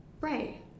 Right